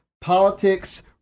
politics